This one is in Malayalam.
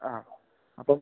ആ അപ്പം